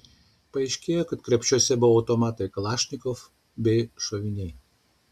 paaiškėjo kad krepšiuose buvo automatai kalašnikov bei šoviniai